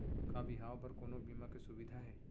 का बिहाव बर कोनो बीमा के सुविधा हे?